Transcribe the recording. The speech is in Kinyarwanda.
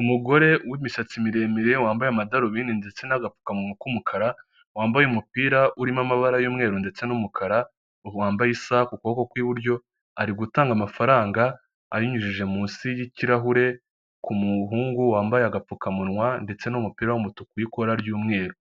Umugore w'imisatsi miremire, wambaye amadarubindi ndetse n'agapfukamuwa k'umukara, wambaye umupira urimo amabara y'umweru ndetse n'umukara, wambaye isaha ku kuboko kw'iburyo, ari gutanga amafaranga ayanyujije munsi y'ikirahure, ku muhungu wambaye agapfukamunwa ndetse n'umupira w'umutuku w'ikora ry'umweru.